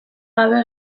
gabe